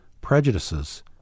prejudices